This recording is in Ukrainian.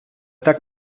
так